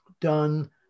done